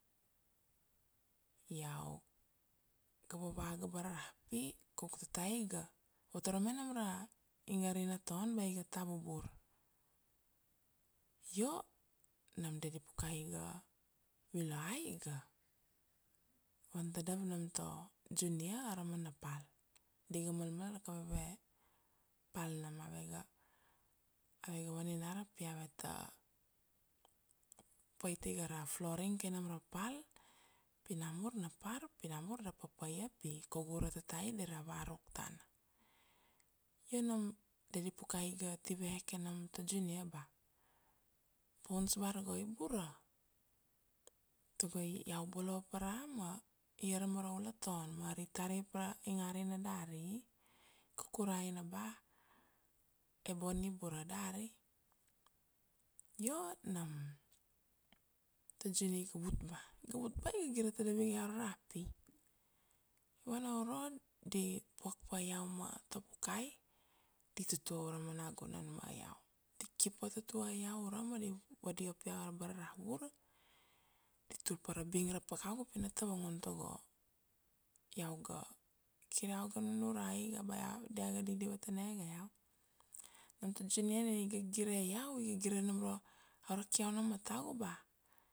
Iau ga vava ga abara ra pi, kaugu tatai iga vatorome nam ra ingari ra ton ba iga tabubur, io nam daddy Pukai iga viloai iga van tadav nam To Junior arama na pal, di ga malmal kaveve pal nam ave ga, ave ga vaninara pi ave ta pait iga ra flooring kai nam ra pal, pi na namur na par, pi namur da papaia pi kaugu ura tatai dira va ruk tana. Io nam daddy Pukai iga ti ve ke nam To Junior ba Bones bar go i bura, tago iau bolo abara ma i arama ra ula ton ma ari tarip ra ingarina dari, kukuraina ba Ia Bonnie i bura dari. Io nam To Junior iga vut ba, iga vut ba iga gire tadav iga iau aro ra pi, i vana uro di puak pa iau ma To Pukai, di tutua urama nagunan ma iau. Di kip vatutua iau urama, di vadiap iau abara ra vura, di tur pa ra bing ra pakagu pi na tavangun tago iau ga, kir iau ga nunurai iga dia ga didivatanege iau. Nam To Junior iga gire iau, iga gire nam ra ura kiau na matagu ba